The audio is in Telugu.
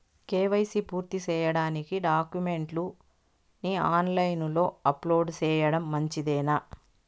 కే.వై.సి పూర్తి సేయడానికి డాక్యుమెంట్లు ని ఆన్ లైను లో అప్లోడ్ సేయడం మంచిదేనా?